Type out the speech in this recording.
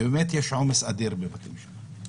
באמת יש עומס אדיר בבתי המשפט.